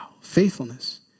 faithfulness